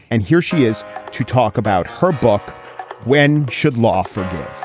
and here she is to talk about her book when should law forgive